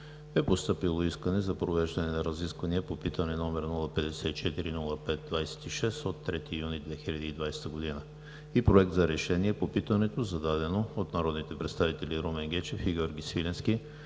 е постъпило искане за провеждане на разисквания по питане № 054-05-26 от 3 юни 2020 г. и Проект за решение по питането, зададено от народните представители Румен Гечев и Георги Свиленски